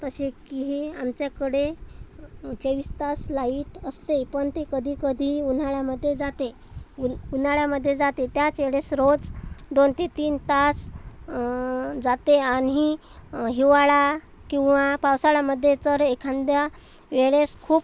तसे की हे आमच्याकडे चोवीस तास लाइट असते पण ते कधीकधी उन्हाळ्यामध्ये जाते ऊन उन्हाळ्यामध्ये जाते त्याच वेळेस रोज दोन ते तीन तास जाते आणि हिवाळा किंवा पावसाळ्यामध्ये जर एखाद्या वेळेस खूप